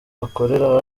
akorera